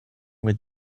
with